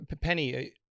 Penny